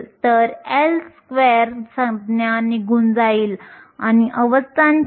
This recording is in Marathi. तर आपल्याकडे दोन अभिव्यक्ती आहेत एक इलेक्ट्रॉनसाठी आणि एक छिद्रांसाठी